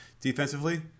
defensively